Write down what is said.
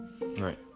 Right